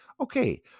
okay